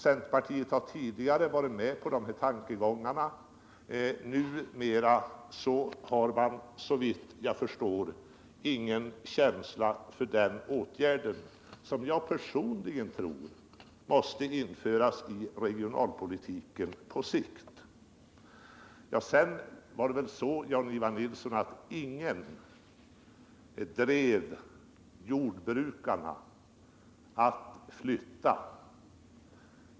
Centerpartiet har tidigare ställt sig bakom dessa tankegångar. Numera har man såvitt jag förstår ingen känsla för en sådan åtgärd, som jag personligen tror på sikt måste införas i regionalpolitiken. Det var väl vidare, Jan-Ivan Nilsson, inte så att någon drev jordbrukarna att flytta.